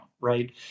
Right